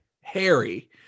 Harry